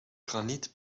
granit